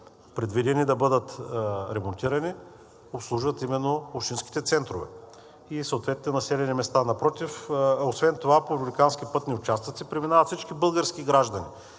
предвидени да бъдат ремонтирани, обслужват именно общинските центрове и съответните населени места. Освен това по републиканските пътни участъци преминават всички български граждани